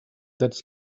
that’s